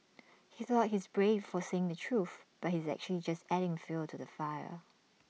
he thought he's brave for saying the truth but he's actually just adding fuel to the fire